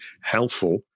helpful